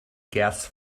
gas